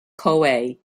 coa